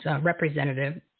representative